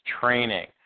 Training